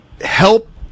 help